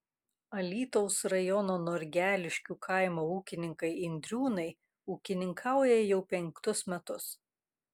alytaus rajono norgeliškių kaimo ūkininkai indriūnai ūkininkauja jau penktus metus